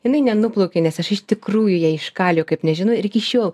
jinai nenuplaukė nes aš iš tikrųjų ją iškaliau kaip nežinau ir iki šiol